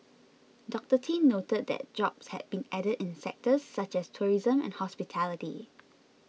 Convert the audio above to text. Doctor Tin noted that jobs had been added in sectors such as tourism and hospitality